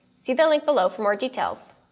see the link below for more details.